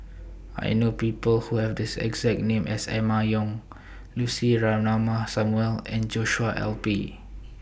I know People Who Have The exact name as Emma Yong Lucy Ratnammah Samuel and Joshua L P